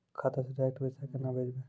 खाता से डायरेक्ट पैसा केना भेजबै?